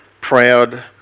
proud